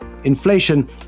Inflation